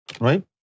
Right